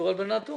בצו